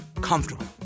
comfortable